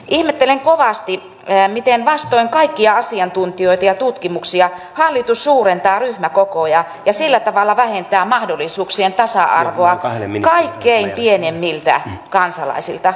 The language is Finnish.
ihmettelen kovasti miten vastoin kaikkia asiantuntijoita ja tutkimuksia hallitus suurentaa ryhmäkokoja ja sillä tavalla vähentää mahdollisuuksien tasa arvoa kaikkein pienimmiltä kansalaisilta